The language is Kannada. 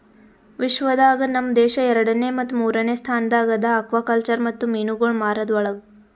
ವಿಶ್ವ ದಾಗ್ ನಮ್ ದೇಶ ಎರಡನೇ ಮತ್ತ ಮೂರನೇ ಸ್ಥಾನದಾಗ್ ಅದಾ ಆಕ್ವಾಕಲ್ಚರ್ ಮತ್ತ ಮೀನುಗೊಳ್ ಮಾರದ್ ಒಳಗ್